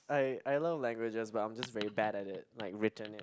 I I learn languages but I'm just very bad at it like written it